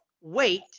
wait